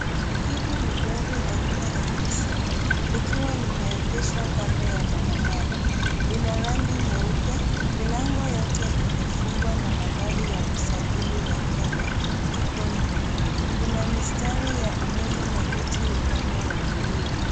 Hili ni gari aina ya Nissan likiwa limeegeshwa kando ya barabara lina rangi nyeupe milango yote imefungwa na nambari ya usajili ya Kenya ipo nyuma kuna mistari ya umeme na miti upande wa kulia.